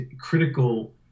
critical